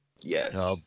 Yes